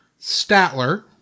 Statler